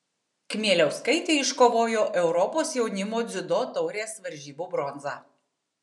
kmieliauskaitė iškovojo europos jaunimo dziudo taurės varžybų bronzą